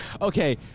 Okay